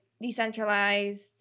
decentralized